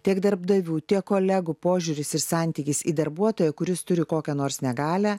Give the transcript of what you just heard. tiek darbdavių tiek kolegų požiūris ir santykis į darbuotoją kuris turi kokią nors negalią